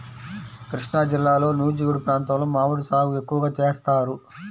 కృష్ణాజిల్లాలో నూజివీడు ప్రాంతంలో మామిడి సాగు ఎక్కువగా చేస్తారు